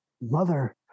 mother